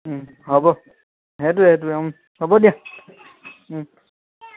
হ'ব সেইটোৱে সেইটোৱে হ'ব দিয়া